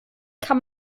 kann